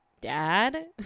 dad